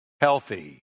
healthy